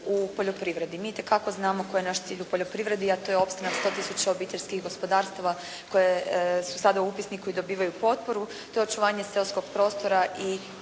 u poljoprivredi. Mi itekako znamo koji je naš cilj u poljoprivredi, a to je opstanak 100000 obiteljskih gospodarstava koji su sada u upisniku i dobivaju potporu. To je očuvanje seoskog prostora i